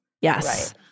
Yes